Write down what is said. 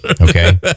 Okay